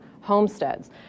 homesteads